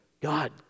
God